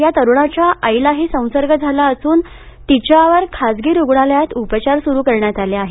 या तरूणाच्या आईलाही संसर्ग झाला असून तिच्यावर खासगी रुग्णालयात उपचार सुरू करण्यात आले आहेत